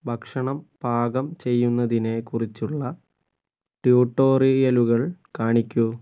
ഭക്ഷണം പാകം ചെയ്യുന്നതിനെക്കുറിച്ചുള്ള ട്യൂട്ടോറിയലുകൾ കാണിക്കൂ